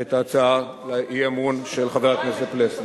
את ההצעה לאי-אמון של חבר הכנסת פלסנר.